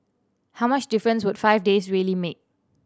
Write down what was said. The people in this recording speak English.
how much difference would five days really make